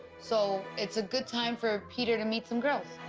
so it's a good time for peter to meet some girls.